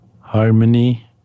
harmony